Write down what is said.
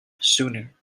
sooner